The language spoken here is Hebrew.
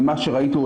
ממה שראיתי,